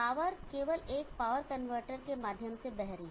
power केवल एक power converter के माध्यम से बह रही है